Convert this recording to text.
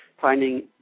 finding